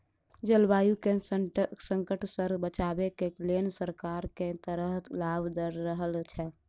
जलवायु केँ संकट सऽ बचाबै केँ लेल सरकार केँ तरहक लाभ दऽ रहल छै?